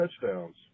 touchdowns